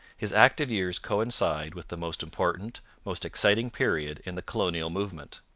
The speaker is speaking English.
his active years coincide with the most important, most exciting period in the colonial movement.